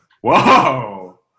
whoa